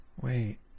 Wait